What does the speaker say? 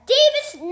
Davis